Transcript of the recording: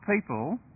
people